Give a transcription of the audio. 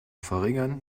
verringern